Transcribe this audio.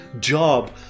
job